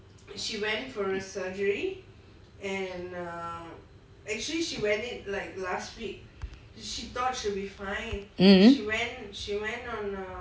mmhmm